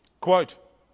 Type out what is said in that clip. Quote